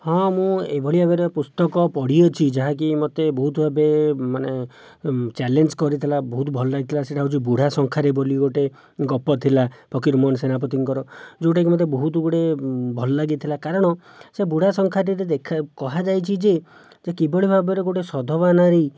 ହଁ ମୁଁ ଏଭଳି ଭାବରେ ପୁସ୍ତକ ପଢ଼ିଅଛି ଯାହାକି ମୋତେ ବହୁତ ଭାବେ ମାନେ ଚ୍ୟାଲେଞ୍ଜ କରିଥିଲା ବହୁତ ଭଲ ଲାଗିଥିଲା ସେଇଟା ହେଉଛି ବୁଢ଼ା ଶଙ୍ଖାରି ବୋଲି ଗୋଟିଏ ଗପ ଥିଲା ଫକୀର ମୋହନ ସେନାପତିଙ୍କର ଯେଉଁଟାକି ମୋତେ ବହୁତଗୁଡ଼ିଏ ଭଲଲାଗିଥିଲା କାରଣ ସେ ବୁଢ଼ା ଶଙ୍ଖାରିରେ ଦେଖା କୁହାଯାଇଛି ଯେ ଯେ କିଭଳି ଭାବରେ ଗୋଟିଏ ସଧବା ନାରୀ